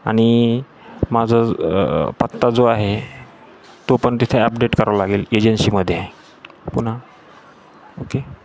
आणि माझं पत्ता जो आहे तो पण तिथे अपडेट करावं लागेल एजन्सीमध्ये पुन्हा ओके